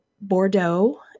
Bordeaux